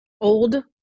old